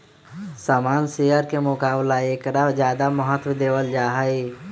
सामान्य शेयर के मुकाबला ऐकरा ज्यादा महत्व देवल जाहई